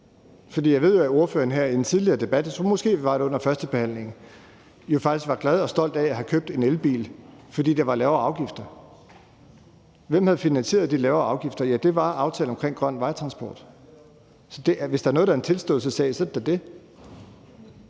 jeg ved, at ordføreren i en tidligere debat – jeg tror måske, at det var under førstebehandlingen – jo faktisk var glad for og stolt af at have købt en elbil, fordi der var lavere afgifter. Hvad har finansieret de lavere afgifter? Ja, det var aftalen omkring grøn vejtransport. Så hvis der er noget, der er en tilståelsessag, er det